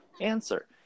answer